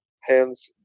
hands